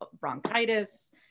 bronchitis